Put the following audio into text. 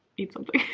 eat something.